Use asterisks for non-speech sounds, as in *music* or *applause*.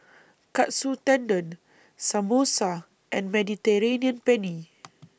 Katsu Tendon Samosa and Mediterranean Penne *noise*